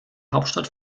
hauptstadt